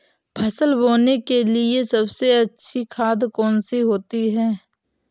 फसल बोने के लिए सबसे अच्छी खाद कौन सी होती है?